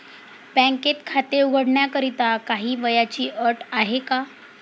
बँकेत खाते उघडण्याकरिता काही वयाची अट आहे का?